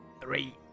three